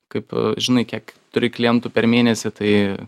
kaip žinai kiek turi klientų per mėnesį tai